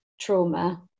trauma